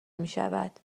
میشود